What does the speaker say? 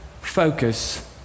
focus